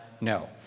No